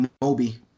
Moby